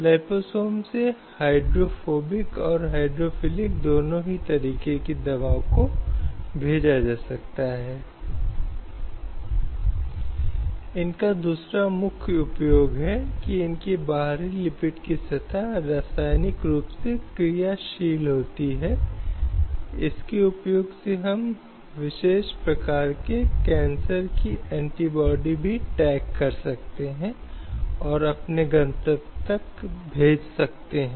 slide समय देखें 0125 आगे आजादी का अधिकार जो सभी व्यक्तियों को भाषण और अभिव्यक्ति जनसमूह संघ आंदोलन की गारंटी देता है ये सभी व्यक्तियों के लिए स्वतंत्रता की गारंटी है और हर कोई इन सभी स्वतंत्रता के उचित आनंद का हकदार है